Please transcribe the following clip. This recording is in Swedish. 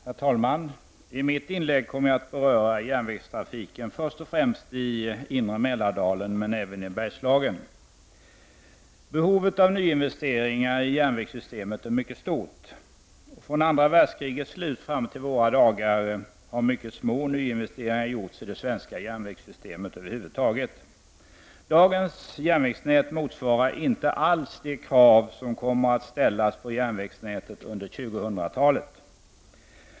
Herr talman! I mitt inlägg kommer jag att beröra järnvägstrafiken först och främst i inre Mälardalen men även i Bergslagen. Behovet av nyinvesteringar i järnvägssystemet är mycket stort. Från andra världskrigets slut och fram till våra dagar har över huvud taget mycket små nyinvesteringar gjorts i det svenska järnvägssystemet. Dagens järnvägsnät motsvarar inte alls de krav som kommer att ställas på järnvägsnätet under 2000-talet.